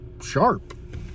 sharp